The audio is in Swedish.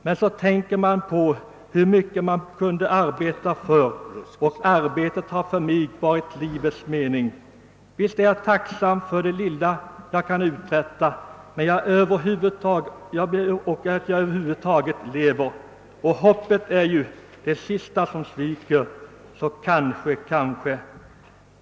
Men så tänker man på hur mycket man kunde arbeta förr, och arbete har för mig varit livets mening. Visst är jag tacksam för det lilla jag kan uträtta och att jag över huvud taget lever. Och hoppet är ju det sista som sviker, så kanske, kanske.